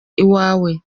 iwawe